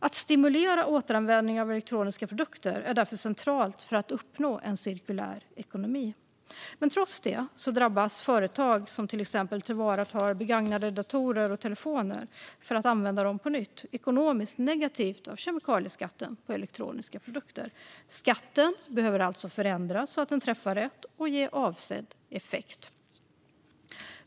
Att stimulera återanvändning av elektroniska produkter är därför centralt för att uppnå en cirkulär ekonomi. Trots det drabbas företag som till exempel tillvaratar begagnade datorer och telefoner för att de ska användas på nytt ekonomiskt negativt av kemikalieskatten på elektroniska produkter. Skatten behöver alltså förändras så att den träffar rätt och ger avsedd effekt.